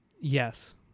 Yes